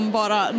bara